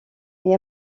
mais